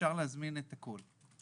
אפשר להזמין את הכול.